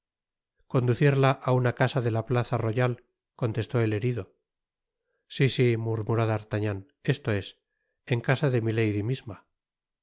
conducirla á una casa de la plaza royale contestó el herido si si murmuró d'artagnan esto es en casa de milady misma